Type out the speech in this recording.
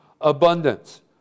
abundance